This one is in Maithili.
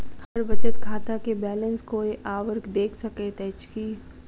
हम्मर बचत खाता केँ बैलेंस कोय आओर देख सकैत अछि की